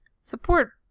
support